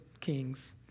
kings